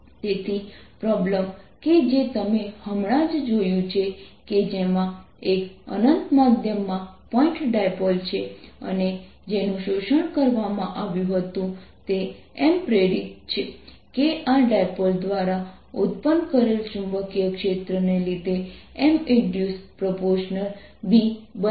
તેથી પ્રોબ્લેમ કે જે તમે હમણાં જ જોયું છે કે જેમાં એક અનંત માધ્યમમાં પોઇન્ટ ડાયપોલ છે અને જેનું શોષણ કરવામાં આવ્યું હતું તે M પ્રેરિત છે કે આ ડાયપોલ દ્વારા ઉત્પન્ન કરેલ ચુંબકીય ક્ષેત્રને લીધે Minduced∝ B બનશે